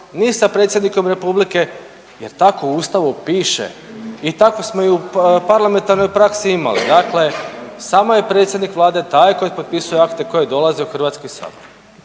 ni sa predsjednikom Republike jer tako u Ustavu piše i tako smo i u parlamentarnoj praksi imali. Dakle, samo je predsjednik Vlade taj koji potpisuje akte koji dolazi u HS.